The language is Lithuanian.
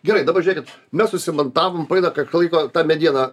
gerai dabar žiūrėkit mes susimontavom praeina kiek laiko ta mediena